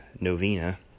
novena